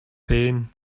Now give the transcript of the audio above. pain